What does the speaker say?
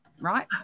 right